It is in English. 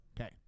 Okay